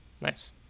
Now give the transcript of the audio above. nice